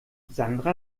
sandra